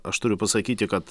aš turiu pasakyti kad